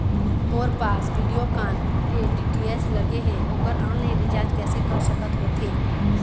मोर पास वीडियोकॉन के डी.टी.एच लगे हे, ओकर ऑनलाइन रिचार्ज कैसे कर सकत होथे?